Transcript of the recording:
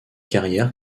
carrière